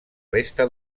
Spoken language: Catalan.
resta